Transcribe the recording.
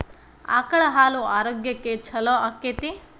ಆಕಳ ಹಾಲು ಆರೋಗ್ಯಕ್ಕೆ ಛಲೋ ಆಕ್ಕೆತಿ?